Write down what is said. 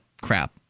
crap